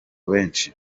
benshi